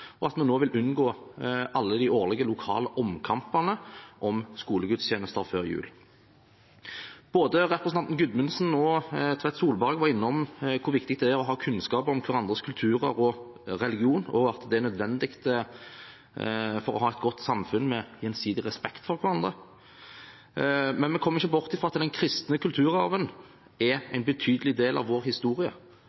og at vi nå vil unngå alle de årlige, lokale omkampene om skolegudstjeneste før jul. Både representanten Gudmundsen og representanten Tvedt Solberg var innom hvor viktig det er å ha kunnskap om hverandres kultur og religion, og at det er nødvendig for å ha et godt samfunn med gjensidig respekt for hverandre. Men vi kommer ikke bort ifra at den kristne kulturarven er